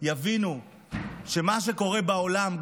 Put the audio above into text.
יבינו שמה שקורה בעולם,